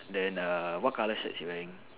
then err what colour shirt she wearing